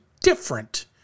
different